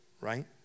right